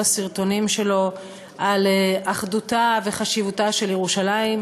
הסרטונים שלו על אחדותה ועל חשיבותה של ירושלים,